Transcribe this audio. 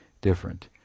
different